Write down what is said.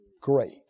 Great